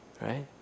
Right